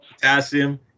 Potassium